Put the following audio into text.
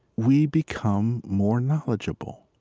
we become more knowledgeable